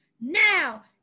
now